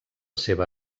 seva